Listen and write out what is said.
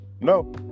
No